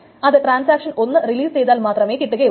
അത് ട്രാൻസാക്ഷൻ ഒന്ന് റിലീസ് ചെയ്താൽ മാത്രമേ കിട്ടുകയുള്ളൂ